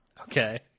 Okay